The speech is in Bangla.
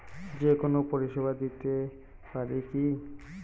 যে কোনো পরিষেবা দিতে পারি কি?